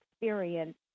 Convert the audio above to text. experience